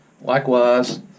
Likewise